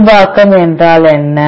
இயல்பாக்கம் என்றால் என்ன